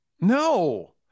No